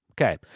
Okay